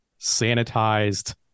sanitized